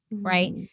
Right